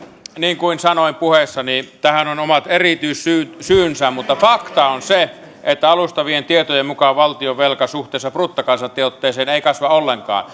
niin kuin sanoin puheessani tähän on omat erityissyynsä mutta fakta on se että alustavien tietojen mukaan valtionvelka suhteessa bruttokansantuotteeseen ei kasva ollenkaan